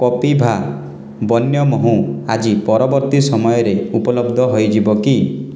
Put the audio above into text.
କପିଭା ବନ୍ୟ ମହୁ ଆଜି ପରବର୍ତ୍ତୀ ସମୟରେ ଉପଲବ୍ଧ ହୋଇଯିବ କି